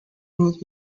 road